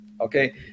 okay